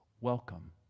welcome